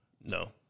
No